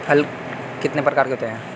हल कितने प्रकार के होते हैं?